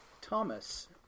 Thomas